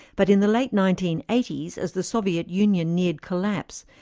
but in the late nineteen eighty s as the soviet union neared collapse,